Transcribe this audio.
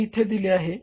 मी येथे दिले आहे